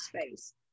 space